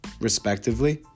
respectively